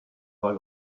pas